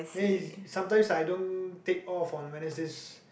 then it's is sometimes I don't take off on Wednesdays